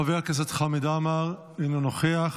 חבר הכנסת חמד עמאר, אינו נוכח,